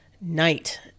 night